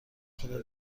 خدا